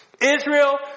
Israel